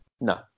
no